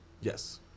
Yes